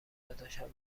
داداشم